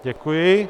Děkuji.